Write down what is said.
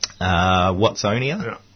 Watsonia